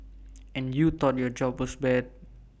and you thought your job was bad